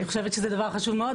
אני חושבת שזה דבר חשוב מאוד.